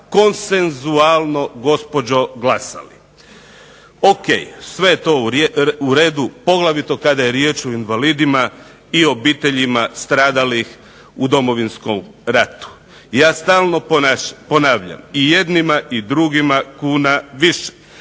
konsenzualno gospođo glasali. Ok, sve je to u redu, poglavito kada je riječ o invalidima i obiteljima stradalih u Domovinskom ratu. Ja stalno ponavljam, i jednima i drugima kuna više,